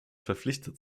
verpflichtet